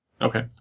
Okay